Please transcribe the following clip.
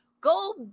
Go